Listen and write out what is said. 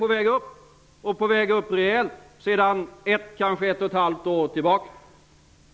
Nu är vi på väg rejält uppåt sedan ett till ett och ett halvt år tillbaka.